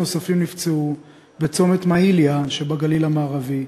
נוספים נפצעו בצומת מעיליא שבגליל המערבי,